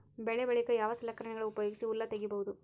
ಬೆಳಿ ಬಳಿಕ ಯಾವ ಸಲಕರಣೆಗಳ ಉಪಯೋಗಿಸಿ ಹುಲ್ಲ ತಗಿಬಹುದು?